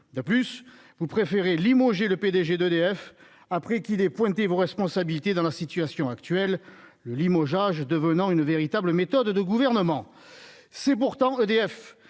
de plus vous préférez limogé le PDG d'EDF, après qu'il ait pointée vos responsabilité dans la situation actuelle, le limogeage devenant une véritable méthode de gouvernement, c'est pourtant EDF